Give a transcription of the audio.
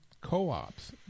co-ops